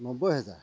নব্বৈ হাজাৰ